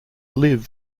live